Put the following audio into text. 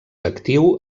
actiu